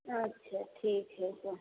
अच्छा ठीक हइ तऽ